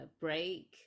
break